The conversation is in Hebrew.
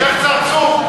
השיח' צרצור,